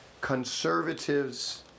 conservatives